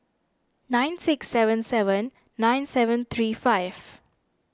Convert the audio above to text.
nine six seven seven nine seven three five